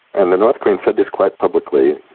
and the north koreans said this quite publicly,